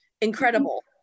incredible